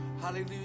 Hallelujah